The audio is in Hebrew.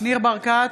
ניר ברקת,